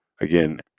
again